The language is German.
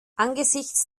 angesichts